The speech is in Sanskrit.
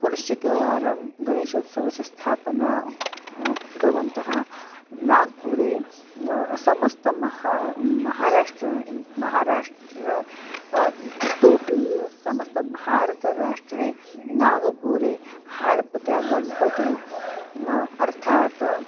पुनश्चेकवारं गणेशोत्सवस्य स्थापनां कृतवन्तः नागपुरे समस्त महा महाराष्ट्रं महाराष्ट्रं इतोऽपि समस्तभारतराष्ट्रे नागपुरे हाड्पत्या गणपतिः अर्थात्